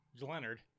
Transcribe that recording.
Leonard